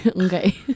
Okay